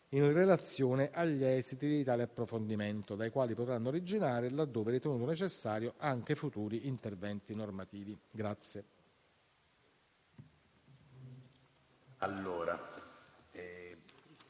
in relazione agli esiti di tale approfondimento, dai quali potranno originare, laddove ritenuto necessario, anche futuri interventi normativi.